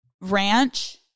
ranch